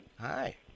Hi